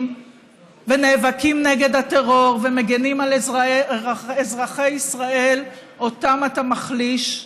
ונאבקים נגד הטרור ומגינים על אזרחי ישראל שאותם אתה מחליש.